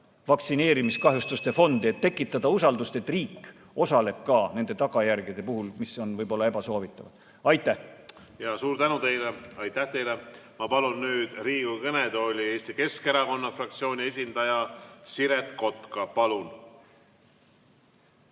vaktsineerimiskahjustuste fondi, et tekitada usaldust, et riik osaleb ka nende tagajärgede puhul, mis on võib-olla ebasoovitavad. Aitäh! Suur tänu teile! Ma palun nüüd Riigikogu kõnetooli Eesti Keskerakonna fraktsiooni esindaja Siret Kotka. Palun!